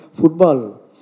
football